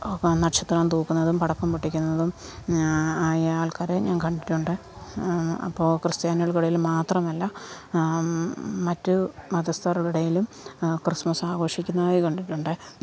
അപ്പം നക്ഷത്രം തൂക്കുന്നതും പടക്കം പൊട്ടിക്കുന്നതും ആയ ആൾക്കാരെ ഞാൻ കണ്ടിട്ടുണ്ട് അപ്പോൾ ക്രിസ്ത്യാനികൾക്ക് ഇയിൽ മാത്രമല്ല മറ്റു മതസ്ഥരുടെ ഇടയിലും ക്രിസ്മസ് ആഘോഷിക്കുന്നതായി കണ്ടിട്ടുണ്ട്